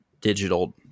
digital